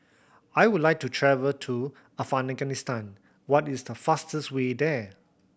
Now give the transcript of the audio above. I would like to travel to Afghanistan what is the fastest way there